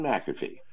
McAfee